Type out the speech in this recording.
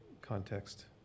context